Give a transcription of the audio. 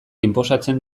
inposatzen